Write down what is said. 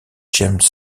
james